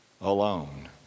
alone